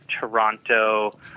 Toronto